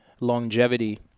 longevity